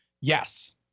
yes